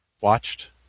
watched